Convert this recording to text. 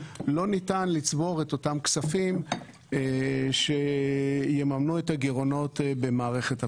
לא ניתן לצבור את אותם כספים שיממנו את הגירעונות במערכת הבחירות.